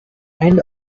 end